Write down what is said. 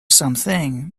something